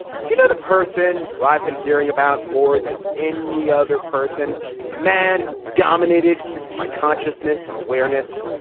but you know the person who i've been hearing about more than any other person a man who dominated my consciousness and awareness.